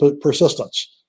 persistence